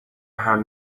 حمل